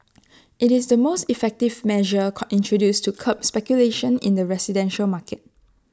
IT is the most effective measure call introduced to curb speculation in the residential market